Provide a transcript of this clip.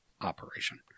operation